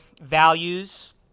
values